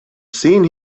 seen